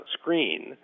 screen